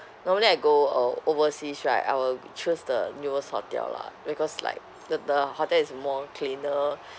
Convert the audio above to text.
normally I go uh overseas right I will choose the newest hotel lah because like the the hotel is more cleaner